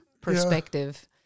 perspective